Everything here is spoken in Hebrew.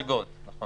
חדר המדרגות, נכון.